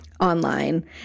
online